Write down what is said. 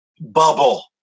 bubble